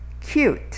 cute